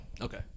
Okay